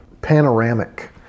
panoramic